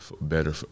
better